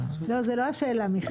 אין פתרון לנושא אכיפת התנועה באיו"ש.